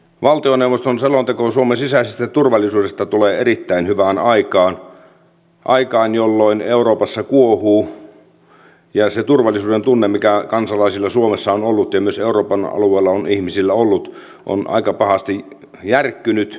valtioneuvoston selonteko suomen sisäisestä turvallisuudesta tulee erittäin hyvään aikaan aikaan jolloin euroopassa kuohuu ja se turvallisuudentunne mikä kansalaisilla suomessa on ollut ja myös euroopan alueella on ihmisillä ollut on aika pahasti järkkynyt